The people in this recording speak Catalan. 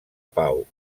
pau